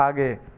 आगे